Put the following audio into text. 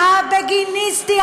הבגיניסטי,